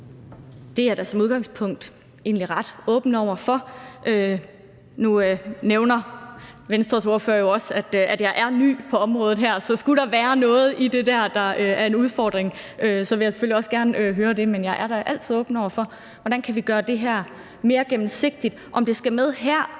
Det er jeg da som udgangspunkt egentlig ret åben over for. Nu nævner Venstres ordfører jo også, at jeg er ny på området her, så skulle der være noget i det, der er en udfordring, vil jeg selvfølgelig også gerne høre det, men jeg er da altid åben over for at se på, hvordan vi kan gøre det her mere gennemsigtigt. Om det skal med her,